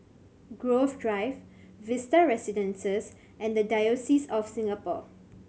Grove Drive Vista Residences and The Diocese of Singapore